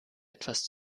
etwas